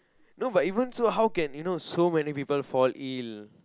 no but even so how can you know so many people fall ill